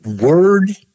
word